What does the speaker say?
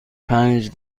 پنج